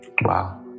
Wow